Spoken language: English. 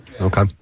Okay